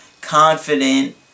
confident